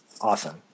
Awesome